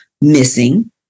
missing